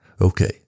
Okay